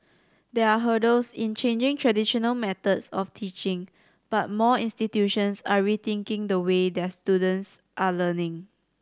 there are hurdles in changing traditional methods of teaching but more institutions are rethinking the way their students are learning